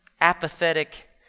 apathetic